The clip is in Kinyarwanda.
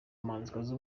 umuhanzikazi